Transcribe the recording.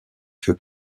que